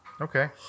Okay